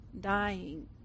dying